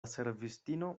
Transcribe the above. servistino